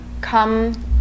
come